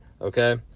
okay